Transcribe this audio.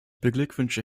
beglückwünsche